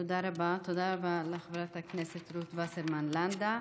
תודה רבה לחברת הכנסת רות וסרמן לנדה.